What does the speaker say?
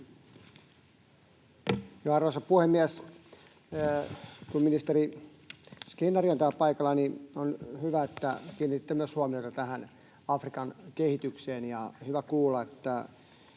Arvoisa puhemies! Kun ministeri Skinnari on täällä paikalla, niin on hyvä, että kiinnititte myös huomiota tähän Afrikan kehitykseen, ja hyvä kuulla, että